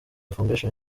foundation